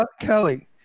Kelly